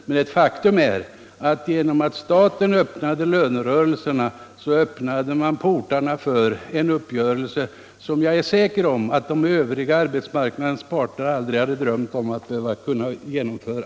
Men ett faktum är att statens inledning av lönerörelsen öppnade portarna för en uppgörelse, som jag är säker på att de övriga arbetsmarknadsparterna aldrig hade drömt om att kunna genomföra.